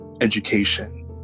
education